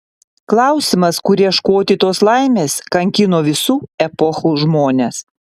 klausimas kur ieškoti tos laimės kankino visų epochų žmones